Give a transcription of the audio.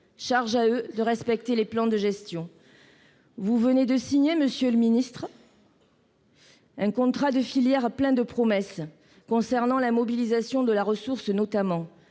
Charge à eux de respecter des plans de gestion. Vous venez de signer, monsieur le ministre, un contrat de filière plein de promesses, concernant notamment la mobilisation de la ressource.